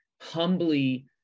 humbly